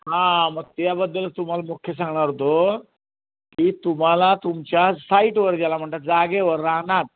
हां मग त्याबद्दलच तुम्हाला मुख्य सांगणार होतो की तुम्हाला तुमच्या साईटवर ज्याला म्हणतात जागेवर रानात